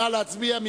נא להצביע.